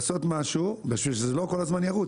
לעשות משהו, בשביל שזה לא כל הזמן ירוץ.